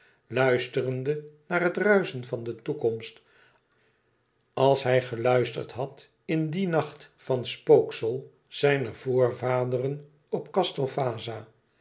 luisterende naar het ruischen van de toekomst als hij geluisterd had in dien nacht van spooksel zijner voorvaderen op castel vaza